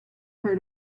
heard